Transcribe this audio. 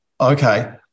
okay